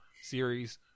series